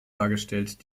dargestellt